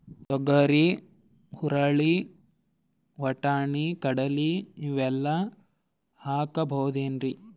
ತೊಗರಿ, ಹುರಳಿ, ವಟ್ಟಣಿ, ಕಡಲಿ ಇವೆಲ್ಲಾ ಹಾಕಬಹುದೇನ್ರಿ?